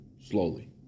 slowly